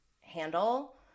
handle